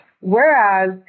whereas